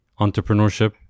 entrepreneurship